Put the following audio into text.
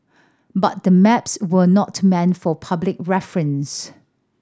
but the maps were not meant for public reference